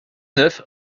neuf